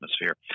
atmosphere